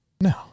No